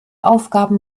aufgaben